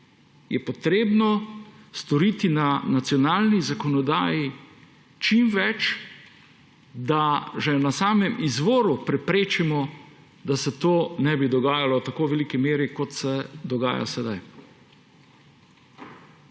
je potrebno storiti na nacionalni zakonodaji čim več, da že na samem izvoru to preprečimo, da se to ne bi dogajalo v tako veliki meri, kot se dogaja sedaj.